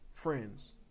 friends